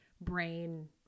brain